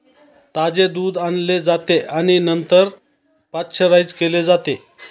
ताजे दूध आणले जाते आणि नंतर पाश्चराइज केले जाते